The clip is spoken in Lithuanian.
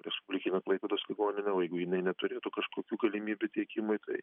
respublikinę klaipėdos ligoninę o jeigu jinai neturėtų kažkokių galimybių tiekimui tai